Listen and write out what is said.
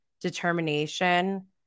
determination